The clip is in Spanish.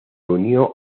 unió